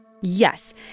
Yes